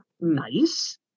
nice